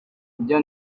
byo